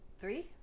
Three